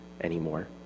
anymore